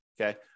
okay